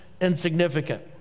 Insignificant